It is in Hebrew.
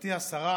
גברתי השרה,